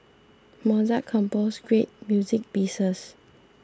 Mozart composed great music pieces